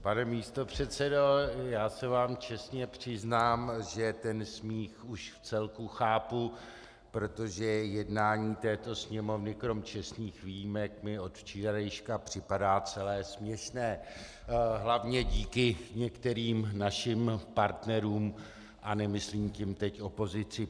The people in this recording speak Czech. Pane místopředsedo, já se vám čestně přiznám, že tento smích už vcelku chápu, protože jednání této Sněmovny, krom čestných výjimek, mi od včerejška připadá celé směšné, hlavně díky některým našim partnerům, a nemyslím tím teď opozici.